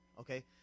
Okay